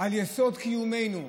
על יסוד קיומנו,